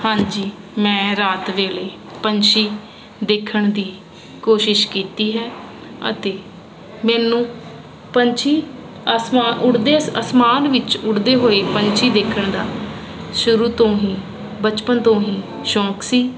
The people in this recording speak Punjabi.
ਹਾਂਜੀ ਮੈਂ ਰਾਤ ਵੇਲੇ ਪੰਛੀ ਦੇਖਣ ਦੀ ਕੋਸ਼ਿਸ਼ ਕੀਤੀ ਹੈ ਅਤੇ ਮੈਨੂੰ ਪੰਛੀ ਅਸਮਾਨ ਉੱਡਦੇ ਅਸਮਾਨ ਵਿੱਚ ਉਡਦੇ ਹੋਏ ਪੰਛੀ ਦੇਖਣ ਦਾ ਸ਼ੁਰੂ ਤੋਂ ਹੀ ਬਚਪਨ ਤੋਂ ਹੀ ਸ਼ੌਂਕ ਸੀ